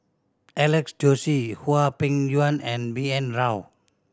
Alex Josey Hwang Peng Yuan and B N Rao